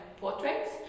portraits